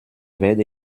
werde